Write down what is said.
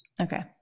Okay